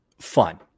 fun